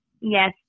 Yes